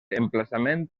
emplaçament